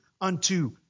unto